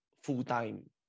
full-time